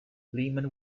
lehman